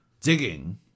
digging